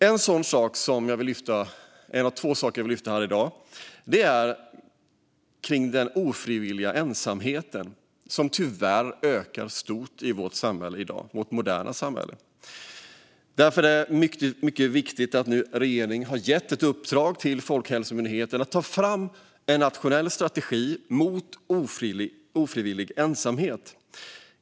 En av två saker som jag vill lyfta fram här i dag är den ofrivilliga ensamheten, som tyvärr ökar stort i vårt moderna samhälle. Därför är det mycket viktigt att regeringen nu har gett ett uppdrag till Folkhälsomyndigheten att ta fram en nationell strategi mot ofrivillig ensamhet.